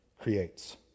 creates